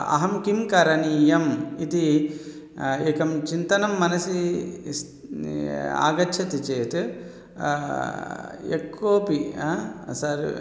अहं किं करणीयम् इति एकं चिन्तनं मनसि स् नि आगच्छति चेत् यः कोऽपि सर्